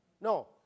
No